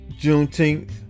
Juneteenth